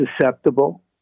susceptible